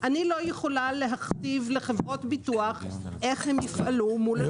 אני לא יכולה להכתיב לחברות ביטוח איך הם יפעלו מול החוק.